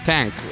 Tank